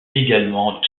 également